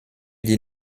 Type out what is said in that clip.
die